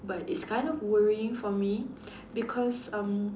but it's kind of worrying for me because um